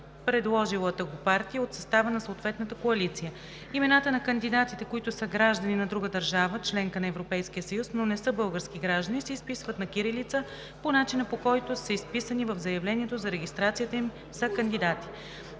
предложилата го партия от състава на съответната коалиция. Имената на кандидатите, които са граждани на друга държава – членка на Европейския съюз, но не са български граждани, се изписват на кирилица по начина, по който са изписани в заявлението за регистрацията им за кандидати.